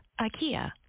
IKEA